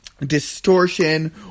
Distortion